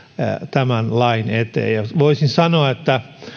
tämän lain eteen voisin sanoa että